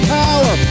power